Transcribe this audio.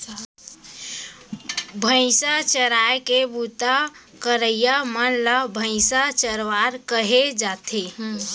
भईंसा चराए के बूता करइया मन ल भईंसा चरवार कहे जाथे